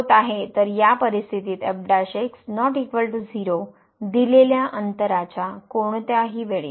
तर या परिस्थितीत f ≠ 0 दिलेल्या अंतराच्या कोणत्याही वेळी